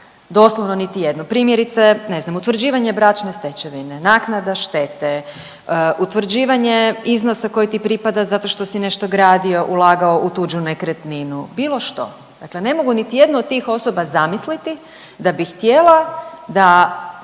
doslovno niti jednu, primjerice ne znam, utvrđivanje bračne stečevine, naknada štete, utvrđivanje iznosa koji ti pripada zato što si nešto gradio, ulagao u tuđu nekretninu, bilo što. Dakle, ne mogu niti jednu od tih osoba zamisliti da bi htjela da